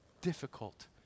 difficult